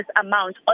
amount